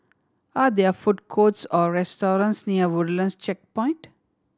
are there food courts or restaurants near Woodlands Checkpoint